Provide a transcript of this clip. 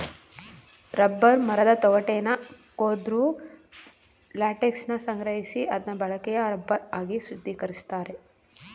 rubber ಮರದ ತೊಗಟೆನ ಕೊರ್ದು ಲ್ಯಾಟೆಕ್ಸನ ಸಂಗ್ರಹಿಸಿ ಅದ್ನ ಬಳಕೆಯ ರಬ್ಬರ್ ಆಗಿ ಶುದ್ಧೀಕರಿಸ್ತಾರೆ